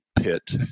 pit